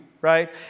Right